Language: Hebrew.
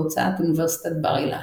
בהוצאת אוניברסיטת בר-אילן.